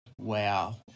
wow